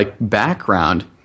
background